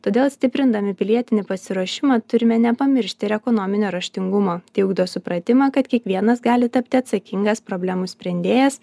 todėl stiprindami pilietinį pasiruošimą turime nepamiršti ir ekonominio raštingumo tai ugdo supratimą kad kiekvienas gali tapti atsakingas problemų sprendėjas